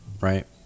right